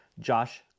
Josh